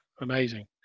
amazing